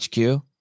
HQ